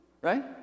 right